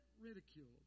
ridiculed